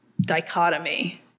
dichotomy